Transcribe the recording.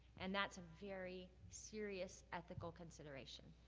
and that's very serious ethical consideration,